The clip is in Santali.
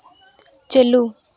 ᱪᱟᱹᱞᱩ